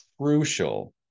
crucial